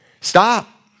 Stop